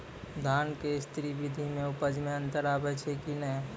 धान के स्री विधि मे उपज मे अन्तर आबै छै कि नैय?